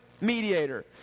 mediator